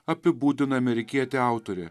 apibūdina amerikietė autorė